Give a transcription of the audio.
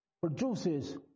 produces